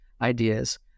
ideas